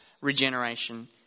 regeneration